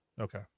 okay